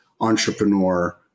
entrepreneur